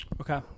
okay